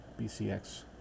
BCX